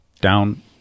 down